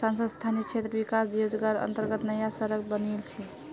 सांसद स्थानीय क्षेत्र विकास योजनार अंतर्गत नया सड़क बनील छै